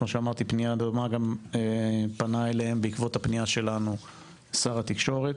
פנייה דומה גם פנה אליהם בעקבות הפנייה שלנו שר התקשורת.